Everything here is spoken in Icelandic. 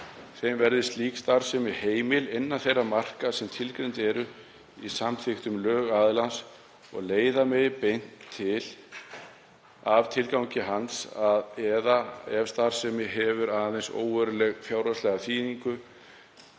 þeim verði slík starfsemi heimil innan þeirra marka sem tilgreind eru í samþykktum lögaðilans og leiða megi beint af tilgangi hans eða ef starfsemi hefur aðeins óverulega fjárhagslega þýðingu